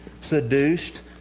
seduced